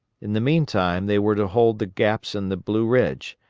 in the meantime they were to hold the gaps in the blue ridge,